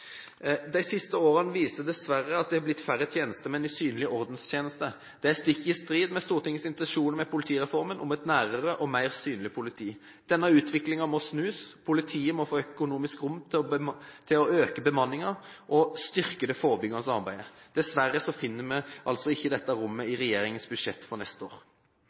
De siste årene viser dessverre at det er blitt færre tjenestemenn i synlig ordenstjeneste. Det er stikk i strid med Stortingets intensjoner med politireformen, om et nærere og mer synlig politi. Denne utviklingen må snus. Politiet må få økonomisk rom til å øke bemanningen og styrke det forebyggende arbeidet. Dessverre finner vi altså ikke dette rommet i regjeringens budsjett for neste år.